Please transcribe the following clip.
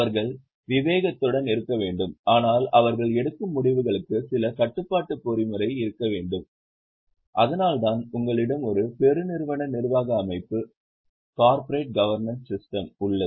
அவர்கள் விவேகத்துடன் இருக்க வேண்டும் ஆனால் அவர்கள் எடுக்கும் முடிவுகளுக்கு சில கட்டுப்பாட்டு பொறிமுறை இருக்க வேண்டும் அதனால்தான் உங்களிடம் ஒரு பெருநிறுவன நிர்வாக அமைப்பு உள்ளது